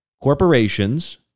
corporations